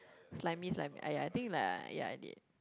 slimy slimy !aiya! I think like ya I did